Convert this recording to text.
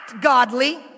godly